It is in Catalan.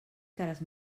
cares